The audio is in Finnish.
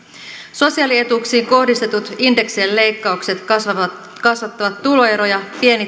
sosiaalietuuksiin kohdistetut indeksien leikkaukset kasvattavat tuloeroja pienituloisuutta lapsiköyhyyttä